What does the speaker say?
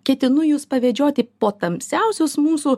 ketinu jus pavedžioti po tamsiausius mūsų